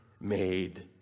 made